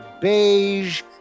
beige